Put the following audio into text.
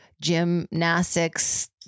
gymnastics